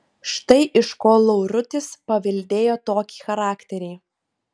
štai iš ko laurutis paveldėjo tokį charakterį